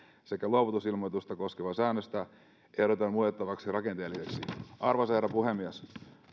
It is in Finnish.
sekä luovutusilmoitusta koskevaa säännöstä ehdotetaan muutettavaksi rakenteellisesti arvoisa herra puhemies